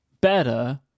better